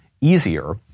easier